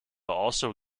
also